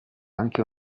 anche